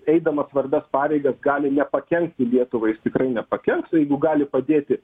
eidamas svarbias pareigas gali nepakenkti lietuvai tikrai nepakenks jeigu gali padėti